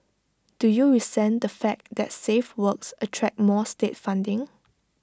do you resent the fact that safe works attract more state funding